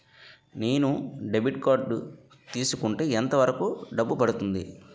నేను debit card తీసుకుంటే ఎంత వరకు డబ్బు పడుతుంది?